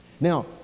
Now